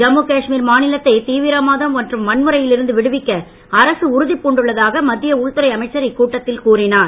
ஜம்மு காஷ்மீர் மாநிலத்தை தீவிரவாதம் மற்றும் வன்முறையில் இருந்து விடுவிக்க அரசு உறுதிப்பூண்டுள்ளதாக மத்திய உள்துறை அமைச்சர் இக்கூட்டத்தில் கூறினார்